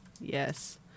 Yes